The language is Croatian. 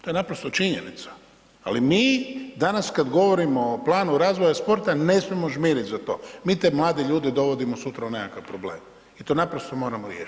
To je naprosto činjenica ali mi danas kad govorimo o planu razvoja sporta, ne smijemo žmirit za to, mi te mlade ljude dovodimo sutra u nekakav problem i to naprosto moramo riješiti.